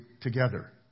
together